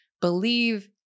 believe